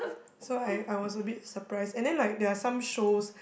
so I I was a bit surprised and then like there're some shows